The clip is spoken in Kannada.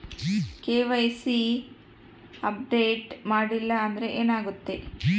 ಕೆ.ವೈ.ಸಿ ಅಪ್ಡೇಟ್ ಮಾಡಿಲ್ಲ ಅಂದ್ರೆ ಏನಾಗುತ್ತೆ?